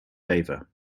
favor